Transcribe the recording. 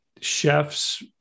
Chefs